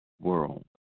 world